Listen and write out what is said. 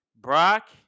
Brock